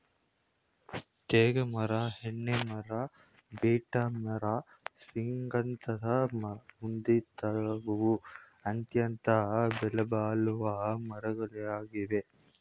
ತೇಗ ಮರ, ಹೊನ್ನೆ ಮರ, ಬೀಟೆ ಮರ ಶ್ರೀಗಂಧದ ಮುಂತಾದವು ಅತ್ಯಂತ ಬೆಲೆಬಾಳುವ ಮರಗಳಾಗಿವೆ